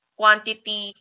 quantity